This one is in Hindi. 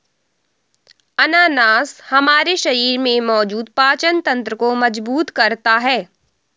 अनानास हमारे शरीर में मौजूद पाचन तंत्र को मजबूत करता है